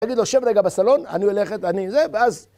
תגיד לו שב רגע בסלון, אני הולכת, אני זה, ואז...